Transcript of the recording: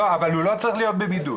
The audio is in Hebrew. אבל האדם לא צריך להיות בבידוד.